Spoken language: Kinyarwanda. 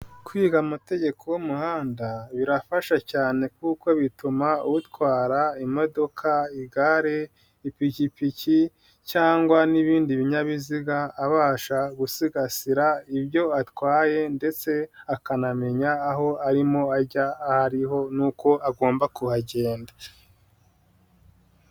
Kwiga amategeko y'umuhanda birafasha cyane kuko bituma utwara imodoka, igare ,ipikipiki cyangwa n'ibindi binyabiziga abasha gusigasira ibyo atwaye ndetse akanamenya aho arimo ajya ahariho n'uko agomba kuhagenda.